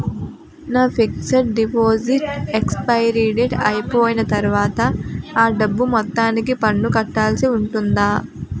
నా fixed deposit expiry date అయిపోయిన తర్వాత అ డబ్బు మొత్తానికి పన్ను కట్టాల్సి ఉంటుందా?